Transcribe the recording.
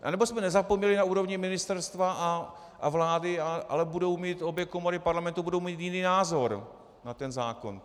Anebo jsme nezapomněli na úrovni ministerstva a vlády, ale obě komory Parlamentu budou mít jiný názor na ten zákon.